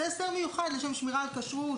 זה הסדר מיוחד לשם שמירה על כשרות,